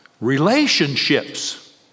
relationships